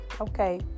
Okay